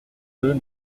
deux